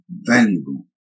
valuable